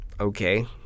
okay